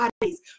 bodies